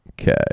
Okay